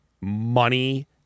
money